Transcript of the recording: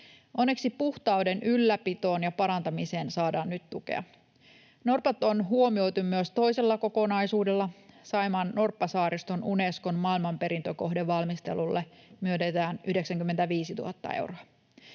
Onneksi puhtauden ylläpitoon ja parantamiseen saadaan nyt tukea. Norpat on huomioitu myös toisella kokonaisuudella. Saimaan norppasaariston Unescon maailmanperintökohteen valmistelulle myönnetään 95 000 euroa.